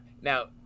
Now